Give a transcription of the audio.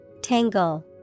Tangle